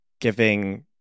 giving